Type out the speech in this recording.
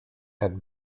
and